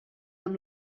amb